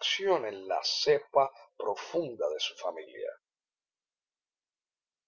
en la cepa profunda de su familia